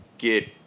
Get